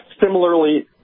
similarly